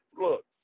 look